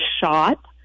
shot